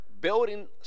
building